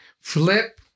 flip